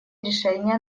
решение